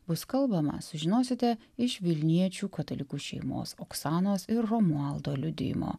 bus kalbama sužinosite iš vilniečių katalikų šeimos oksanos ir romualdo liudijimo